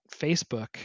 Facebook